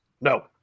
No